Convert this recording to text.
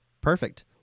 Perfect